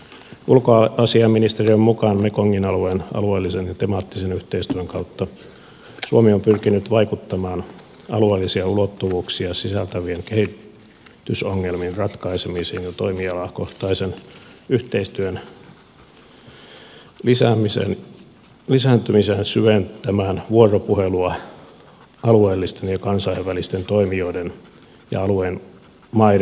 ulkoasiainministeriön mukaan mekongin alueen alueellisen ja temaattisen yhteistyön kautta suomi on pyrkinyt vaikuttamaan alueellisia ulottuvuuksia sisältävien kehitysongelmien ratkaisemiseen ja toimialakohtaisen yhteistyön lisääntymiseen ja syventämään vuoropuhelua alueellisten ja kansainvälisten toimijoiden ja alueen maiden kanssa